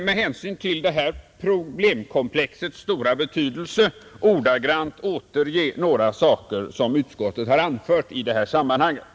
Med hänsyn till detta problemkomplex” stora betydelse vill jag ordagrant återge vad utskottet anfört i det sammanhanget.